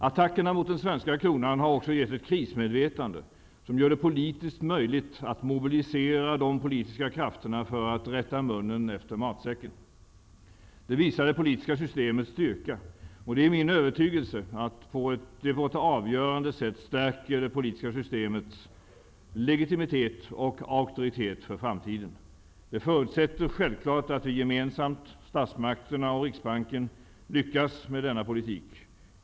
Attackerna mot den svenska kronan har också skapat ett krismedvetande, som gör det politiskt möjligt att mobilisera de politiska krafterna för att ”rätta munnen efter matsäcken”. Det visar det politiska systemets styrka. Det är min övertygelse att det på ett avgörande sätt stärker det politiska systemets legitimitet och auktoritet för framtiden. Det förutsätter självklart att vi gemensamt — statsmakterna och Riksbanken — lyckas med denna politik.